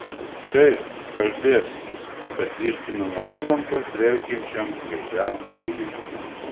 taip kalbės patvirtino nuo įlankos dvelkiančiam gaiviam vėjui